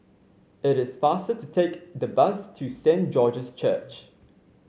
it is faster to take the bus to Saint George's Church